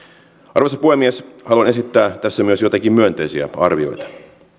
arvoisa puhemies haluan esittää tässä myös joitakin myönteisiä arvioita